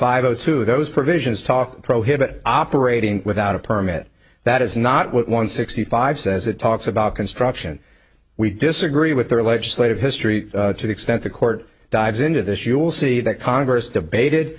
five zero two those provisions talk prohibit operating without a permit that is not what one sixty five says it talks about construction we disagree with their legislative history to the extent the court dives into this you will see that congress debated